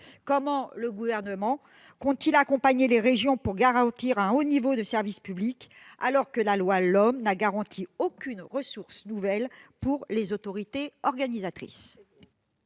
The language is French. Comment le Gouvernement compte-t-il accompagner les régions pour garantir un haut niveau de service public, alors que la LOM n'a prévu aucune ressource nouvelle pour les autorités organisatrices ?